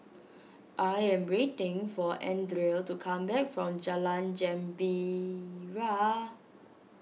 I am waiting for Andrea to come back from Jalan Gembira